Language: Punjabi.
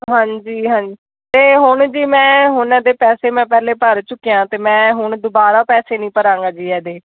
ਹਾਂਜੀ ਹਾਂਜੀ ਅਤੇ ਹੁਣ ਜੇ ਮੈਂ ਹੁਣ ਇਹਦੇ ਪੈਸੇ ਮੈਂ ਪਹਿਲੇ ਭਰ ਚੁੱਕਿਆ ਅਤੇ ਮੈਂ ਹੁਣ ਦੁਬਾਰਾ ਪੈਸੇ ਨਹੀਂ ਭਰਾਂਗਾ ਜੀ ਇਹਦੇ